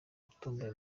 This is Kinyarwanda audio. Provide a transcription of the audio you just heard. utomboye